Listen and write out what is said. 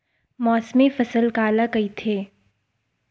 मौसमी फसल काला कइथे?